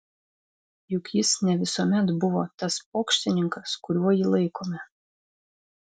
juk jis ne visuomet buvo tas pokštininkas kuriuo jį laikome